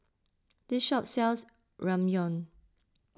this shop sells Ramyeon